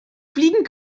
fliegen